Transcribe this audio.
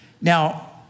Now